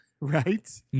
Right